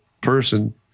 person